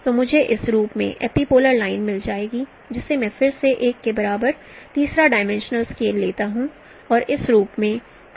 तो मुझे इस रूप में एपीपोलर लाइन मिल जाएगी जिसे मैं फिर से 1 के बराबर तीसरा डाईमेंशनल स्केल लेते हुए इस रूप में कम कर सकता हूं